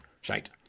Shite